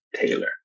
Taylor